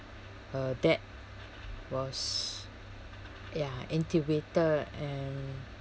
her dad was ya intubated and